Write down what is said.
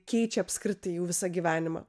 keičia apskritai jų visą gyvenimą